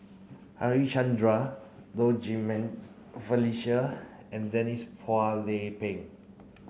Harichandra Low Jimenez Felicia and Denise Phua Lay Peng